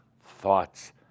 thoughts